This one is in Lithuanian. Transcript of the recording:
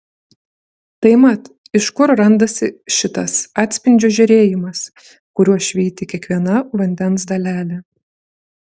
tai mat iš kur randasi šitas atspindžio žėrėjimas kuriuo švyti kiekviena vandens dalelė